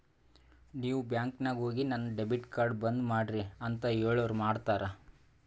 ನೀವ್ ಬ್ಯಾಂಕ್ ನಾಗ್ ಹೋಗಿ ನನ್ ಡೆಬಿಟ್ ಕಾರ್ಡ್ ಬಂದ್ ಮಾಡ್ರಿ ಅಂತ್ ಹೇಳುರ್ ಮಾಡ್ತಾರ